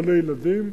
לא לילדים,